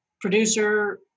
producer